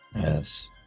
Yes